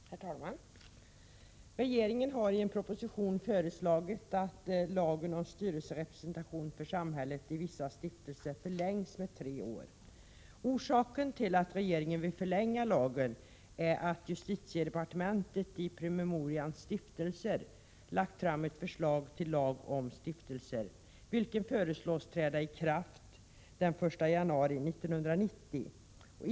Herr talman! Regeringen har i en proposition föreslagit att giltighetstiden för lagen om styrelserepresentation för samhället i vissa stiftelser skall förlängas med tre år. Orsaken till att regeringen vill förlänga lagens giltighetstid är att justitiedepartementet i promemorian Stiftelser lade fram ett förslag till lag om stiftelser, vilken föreslås träda i kraft den 1 januari 1990.